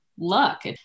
Luck